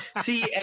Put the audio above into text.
See